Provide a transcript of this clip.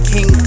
King